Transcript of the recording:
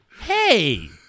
hey